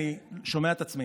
אני לא שומע את עצמי.